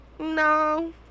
No